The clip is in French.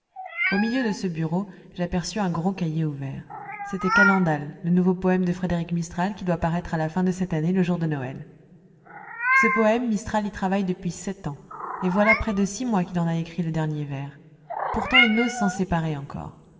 au milieu de ce bureau j'aperçus un gros cahier ouvert c'était calendal le nouveau poème de frédéric mistral qui doit paraître à la fin de cette année le jour de noël ce poème mistral y travaille depuis sept ans et voilà près de six mois qu'il en a écrit le dernier vers pourtant il n'ose s'en séparer encore